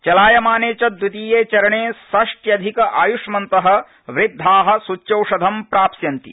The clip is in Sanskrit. चलायमाने च द्वितीये चरणे षष्ट्यधिक आयुष्मन्तः वृद्धाः सूच्यौषधं प्राप्स्यन्ति